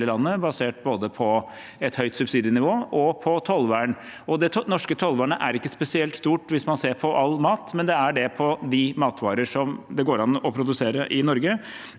basert både på et høyt subsidienivå og tollvern. Det norske tollvernet er ikke spesielt stort hvis man ser på all mat, men det er det på de matvarer som det går an å produsere i Norge.